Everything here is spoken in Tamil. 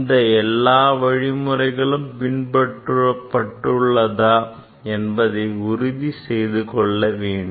இந்த எல்லா வழிமுறைகளும் பின்பற்ற பட்டுள்ளதா என்பதை உறுதி செய்துகொள்ள வேண்டும்